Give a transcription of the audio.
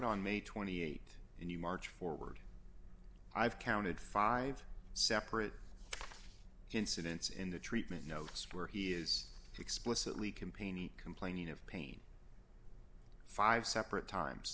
on may twenty eight and you march forward i've counted five separate incidents in the treatment notes where he is explicitly complaining complaining of pain five separate times